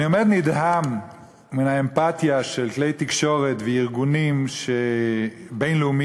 אני עומד נדהם מן האמפתיה של כלי תקשורת וארגונים בין-לאומיים,